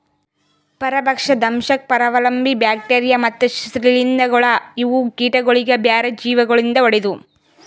ಪರಭಕ್ಷ, ದಂಶಕ್, ಪರಾವಲಂಬಿ, ಬ್ಯಾಕ್ಟೀರಿಯಾ ಮತ್ತ್ ಶ್ರೀಲಿಂಧಗೊಳ್ ಇವು ಕೀಟಗೊಳಿಗ್ ಬ್ಯಾರೆ ಜೀವಿ ಗೊಳಿಂದ್ ಹೊಡೆದು